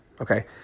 okay